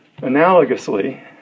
Analogously